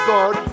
God